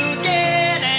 again